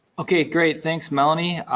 okay, great, thanks melanie.